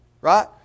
right